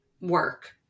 work